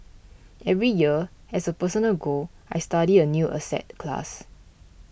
every year as a personal goal I study a new asset class